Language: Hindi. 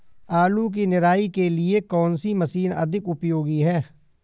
आलू की निराई के लिए कौन सी मशीन अधिक उपयोगी है?